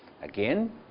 Again